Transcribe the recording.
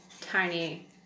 tiny